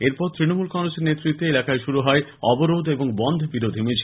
এরপর তৃণমূল কংগ্রেসের নেতৃত্বে এলাকায় শুরু হয় অবরোধ ও বন্ধ বিরোধী মিছিল